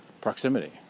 proximity